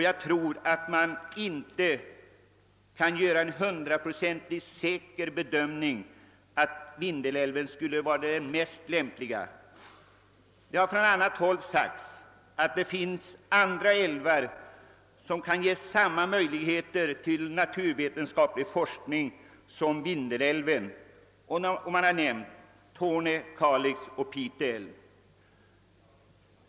Jag tror inte att man kan göra en hundraprocentigt säker bedömning av att Vindelälven är den lämpligaste. Från annat håll har: det sagts att det finns andra älvar som kan ge samma möjligheter som Vindelälven till naturvetenskaplig forskning, och man har nämnt Torne älv, Kalix älv och Pite älv.